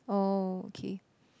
oh okay